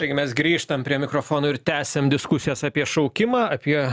taigi mes grįžtam prie mikrofono ir tęsiam diskusijas apie šaukimą apie